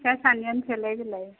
फिसा सानैआनो सेलाय बेलाय